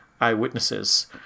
eyewitnesses